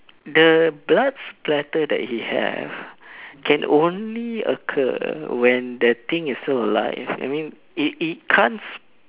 the blood splatter that he have can only occur when that thing is still alive I mean it it can't